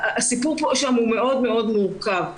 הסיפור שם הוא מאוד מאוד מורכב.